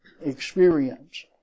experience